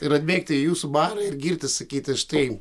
ir atbėgti į jūsų barą ir girtis sakyti štai